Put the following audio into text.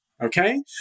Okay